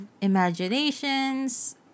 imaginations